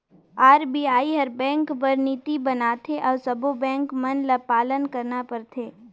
RBI हर bank बर नीति बनाथे अउ सब्बों बेंक मन ल पालन करना परथे